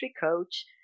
coach